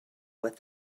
with